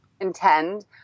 intend